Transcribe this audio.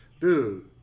Dude